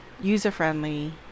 user-friendly